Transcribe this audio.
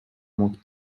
mock